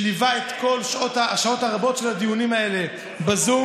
שליווה את כל השעות הרבות של הדיונים האלה בזום,